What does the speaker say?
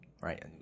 right